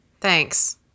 Thanks